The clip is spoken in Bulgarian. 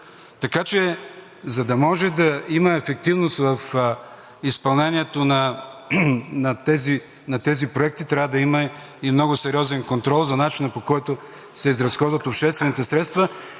Така че, за да може да има ефективност в изпълнението на тези проекти, трябва да има и много сериозен контрол за начина, по който се изразходват обществените средства,